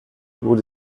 wurde